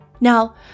Now